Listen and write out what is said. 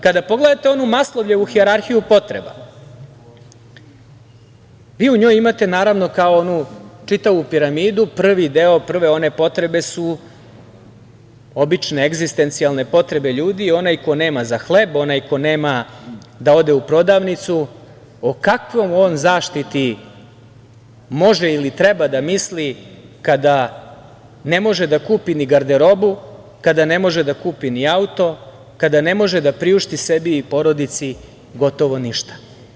Kada pogledate onu Maslovljevu hijerarhiju potreba, vi u njoj imate, naravno, kao onu čitavu piramidu, prvi deo, prve one potrebe su obične, egzistencijalne potrebe ljudi, onaj ko nema za hleb, onaj ko nema da ode u prodavnicu, o kakvoj on zaštiti može ili treba da misli kada ne može da kupi ni garderobu, kada ne može da kupi ni auto, kada ne može da priušti sebi i porodici gotovo ništa?